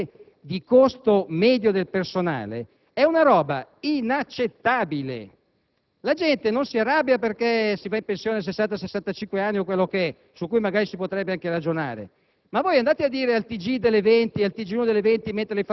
Ribadisco il concetto: 35 milioni di euro al mese di costo medio del personale è inaccettabile. La gente non si arrabbia perché si va in pensione o 60 o a 65 anni, cosa su cui magari si potrebbe anche ragionare: